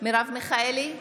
מרב מיכאלי,